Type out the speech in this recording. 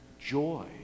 joy